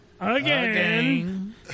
again